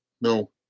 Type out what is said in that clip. no